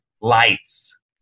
lights